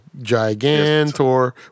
Gigantor